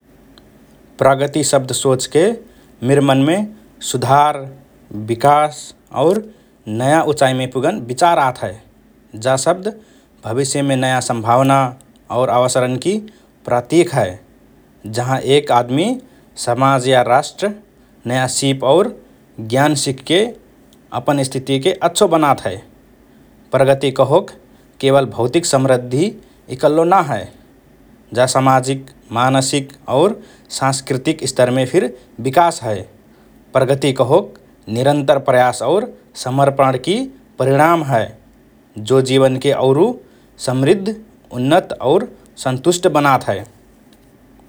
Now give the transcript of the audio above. “प्रगति” शब्द सोचके मिर मनमे सुधार, विकास और नया ऊचाइमे पुगन विचार आत हए । जा शब्द भविष्यमे नया सम्भावना और अवसरन्कि प्रतिक हए । जहाँ एक आदमि, समाज या राष्ट्र नया सीप और ज्ञान सिखके अपन स्थितिके अच्छो बनात हए । प्रगति कहोक केवल भौतिक समृद्धि इकल्लो ना हए, जा सामाजिक, मानसिक और साँस्कृतिक स्तरमे फिर विकास हए । प्रगति कहोक निरन्तर प्रयास और समर्पणकि परिणाम हए जो जीवनके औरु समृद्ध, उन्नत और सन्तुष्ट बनात हए ।